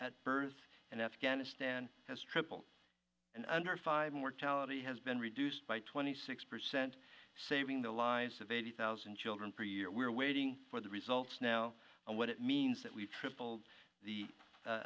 at birth and afghanistan has tripled and under five mortality has been reduced by twenty six percent saving the lives of eighty thousand children per year we are waiting for the results now and what it means that we've tripled the